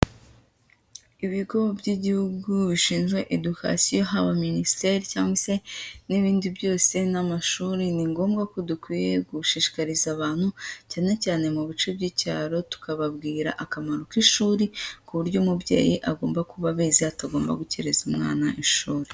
Ibigo by'igihugu bishinzwe education haba minisiteri cyangwa se n'ibindi byose n'amashuri, ni ngombwa ko dukwiye gushishikariza abantu cyane cyane mu bice by'icyaro, tukababwira akamaro k'ishuri, ku buryo umubyeyi agomba kuba abizi atagomba gukereza umwana ishuri.